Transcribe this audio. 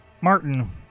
Martin